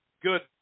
good